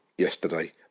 Yesterday